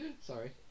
Sorry